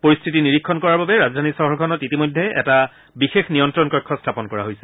পৰিস্থিতি নিৰীক্ষণ কৰাৰ বাবে ৰাজধানী চহৰখনত ইতিমধ্যে এটা বিশেষ নিয়ন্ত্ৰণ কক্ষ স্থাপন কৰা হৈছে